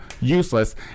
useless